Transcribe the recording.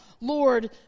Lord